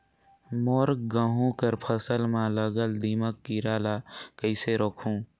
मोर गहूं कर फसल म लगल दीमक कीरा ला कइसन रोकहू?